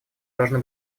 должны